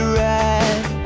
right